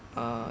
uh